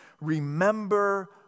Remember